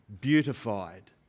beautified